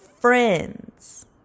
friends